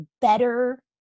better